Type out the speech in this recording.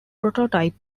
prototype